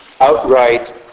outright